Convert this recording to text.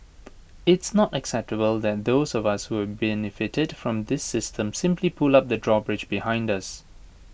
it's not acceptable that those of us who've benefited from this system simply pull up the drawbridge behind us